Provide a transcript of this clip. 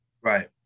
Right